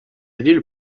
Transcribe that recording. ville